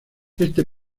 este